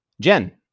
Jen